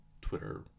Twitter